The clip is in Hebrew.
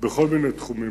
בכל מיני תחומים,